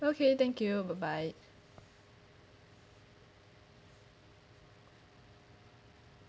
okay thank you bye bye